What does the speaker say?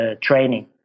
training